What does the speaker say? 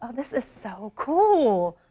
this is so cool.